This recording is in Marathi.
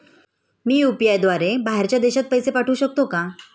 मी यु.पी.आय द्वारे बाहेरच्या देशात पैसे पाठवू शकतो का?